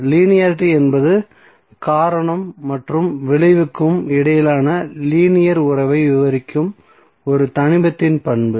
linearity என்பது காரணம் மற்றும் விளைவுக்கும் இடையிலான லீனியர் உறவை விவரிக்கும் ஒரு தனிமத்தின் பண்பு